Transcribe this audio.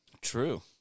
True